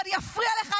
ואני אפריע לך,